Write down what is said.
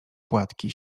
płatki